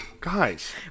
guys